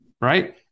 right